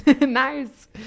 Nice